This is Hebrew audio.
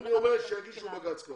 אני אומר שקודם יגישו בג"צ.